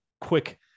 quick